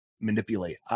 manipulate